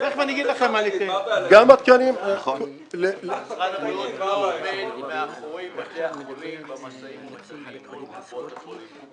משרד הבריאות עומד מאחורי קופות החולים במשאים ומתנים.